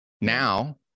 Now